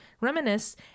reminisce